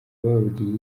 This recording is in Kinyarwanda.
bababwiye